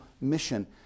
mission